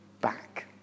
back